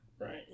Right